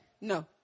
no